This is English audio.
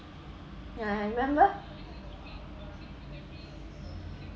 yeah I remember